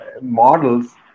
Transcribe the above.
models